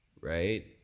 right